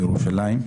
בירושלים,